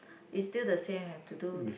is still the same have to do